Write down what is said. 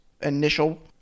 initial